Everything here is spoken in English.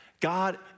God